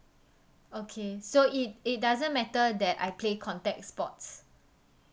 okay so it it doesn't matter that I play contact sports